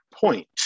point